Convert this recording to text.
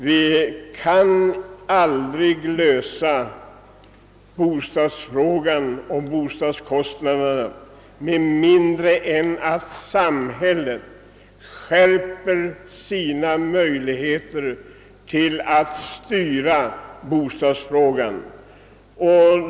Vi kan aldrig lösa frågan om bostaden och kostnaderna i samband därmed med mindre än att samhället skärper sina möjligheter till styrning.